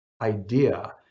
idea